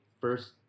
first